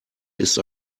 ist